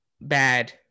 bad